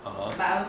(uh huh)